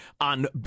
on